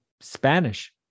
Spanish